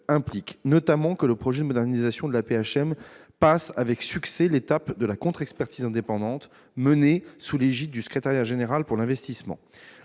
implique, notamment, que le projet de modernisation de l'AP-HM passe avec succès l'étape de la contre-expertise indépendante, menée sous l'égide du Secrétariat général pour l'investissement.